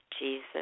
Jesus